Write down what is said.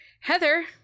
heather